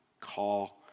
call